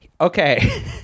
Okay